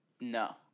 No